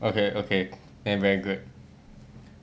okay okay then very good